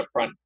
upfront